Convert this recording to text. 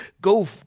go